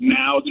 now